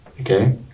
Okay